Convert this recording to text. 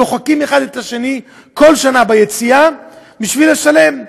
דוחקים אחד את השני כל שנה ביציאה בשביל לשלם.